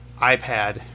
iPad